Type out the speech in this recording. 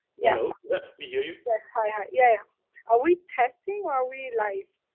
yeah yup we hear you. yes, hi. ah yeah are we testing or are we live?